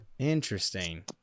Interesting